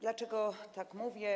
Dlaczego tak mówię?